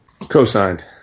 Co-signed